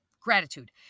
gratitude